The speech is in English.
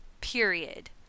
Period